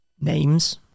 names